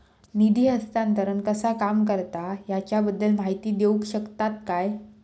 निधी हस्तांतरण कसा काम करता ह्याच्या बद्दल माहिती दिउक शकतात काय?